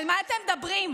על מה אתם מדברים?